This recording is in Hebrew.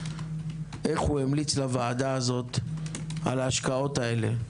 איך הוא המליץ לוועדה הזאת על ההשקעות האלה.